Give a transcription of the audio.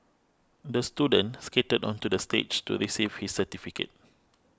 the student skated onto the stage to receive his certificate